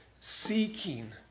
seeking